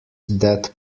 that